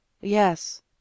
yes